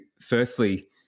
firstly